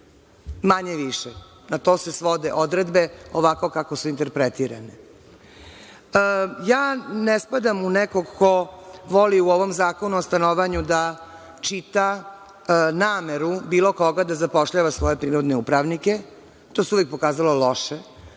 Manje više na to se svode odredbe ovako kako su interpretirane. Ne spadamo u nekog ko voli u ovom Zakonu o stanovanju da čita nameru bilo koga da zapošljava svoje prinudne upravnike, to se uvek pokazalo loše